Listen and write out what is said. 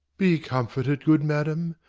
be comforted, good madam.